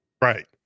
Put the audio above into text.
right